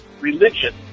religion